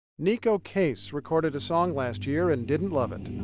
nikko case recorded a song last year and didn't love it.